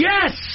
Yes